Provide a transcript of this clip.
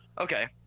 Okay